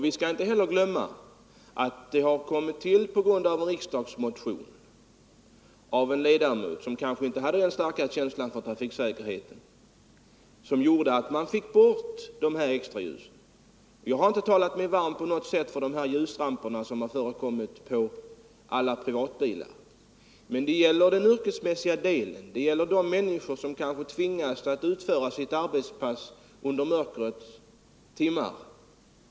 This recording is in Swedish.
Vi skall inte heller glömma att det beslut som vi här talar om har tillkommit efter en riksdagsmotion av en ledamot som kanske inte hade särskilt stark känsla för trafiksäkerheten. Det var den motionen som föranledde att extraljusen borttogs. Jag har inte talat mig varm för de Nr 125 ljusramper som förekommer på många privatbilar, utan jag har talat för Onsdagen den de yrkesmässiga förarna, alltså de människor som tvingas utföra kanske 20 november 1974 hela sitt arbetspass under dygnets mörka timmar.